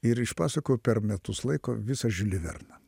ir išpasakojau per metus laiko visą žiulį verną